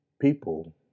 people